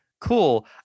cool